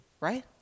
Right